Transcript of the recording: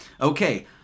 Okay